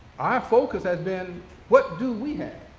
our focus has been what do we have?